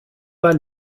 pas